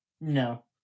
No